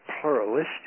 pluralistic